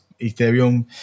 Ethereum